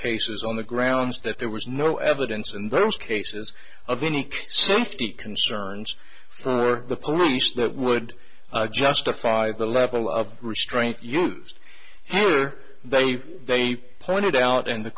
cases on the grounds that there was no evidence and there are cases of any safety concerns for the police that would justify the level of restraint used here they they pointed out and the